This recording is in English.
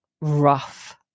rough